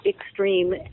extreme